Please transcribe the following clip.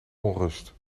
onrust